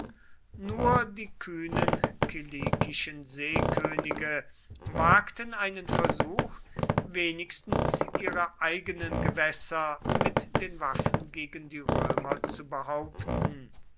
nur die kühnen kilikischen seekönige wagten einen versuch wenigstens ihre eigenen gewässer mit den waffen gegen die römer zu behaupten